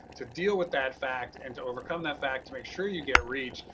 to deal with that fact and to overcome that fact to make sure you get reach,